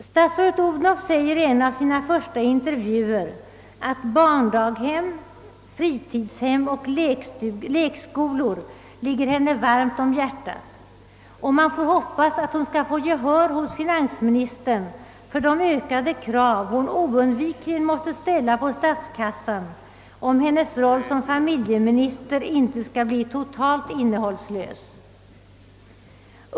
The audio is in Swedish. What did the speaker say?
Statsrådet Odhnoff säger i en av sina första intervjuer att barndaghem, fritidshem och lekskolor ligger henne varmt om hjärtat, och man får hoppas att hon skall få gehör hos finansministern för de ökade krav som oundvikligen måste ställas på statskassan, om hennes roll som familjeminister inte skall bli totalt innehållslös.